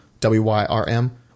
W-Y-R-M